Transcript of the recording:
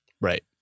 Right